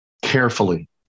Carefully